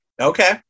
Okay